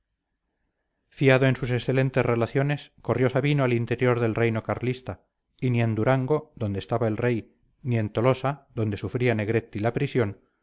fiado en sus excelentes relaciones corrió sabino al interior del reino carlista y ni en durango donde estaba el rey ni en tolosa donde sufría negretti la prisión